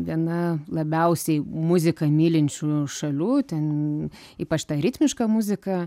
viena labiausiai muziką mylinčių šalių ten ypač ta ritmiška muzika